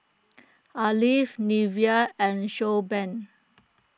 Alf Nivea and Showbrand